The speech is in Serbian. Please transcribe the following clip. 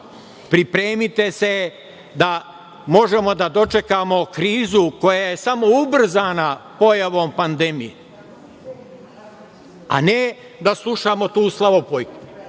Pripremite se da možemo da dočekamo krizu koja je samo ubrzana pojavom pandemije, a ne da slušamo tu slavopojku,